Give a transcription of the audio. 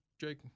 Jake